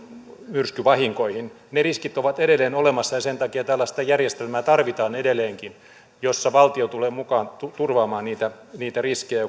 myrskyvahinkoihin ne riskit ovat edelleen olemassa ja sen takia tällaista järjestelmää tarvitaan edelleenkin jossa valtio tulee mukaan turvaamaan niitä niitä riskejä